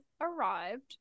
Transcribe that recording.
arrived